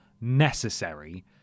necessary